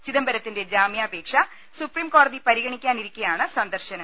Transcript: ചിദംബരത്തിന്റെ ജാമ്യാപേക്ഷ സുപ്രീംകോ ടതി പരിഗണിക്കാനിരിക്കെയാണ് സന്ദർശനം